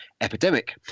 epidemic